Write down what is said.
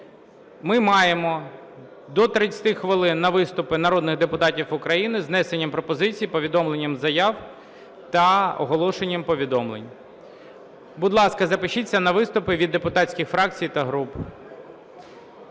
ми маємо до 30 хвилин на виступи народних депутатів України з внесенням пропозицій, повідомленням заяв та оголошенням повідомлень. Будь ласка, запишіться на виступи від депутатських фракцій та груп,